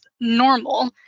normal